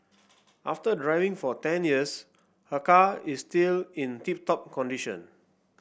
after driving for ten years her car is still in tip top condition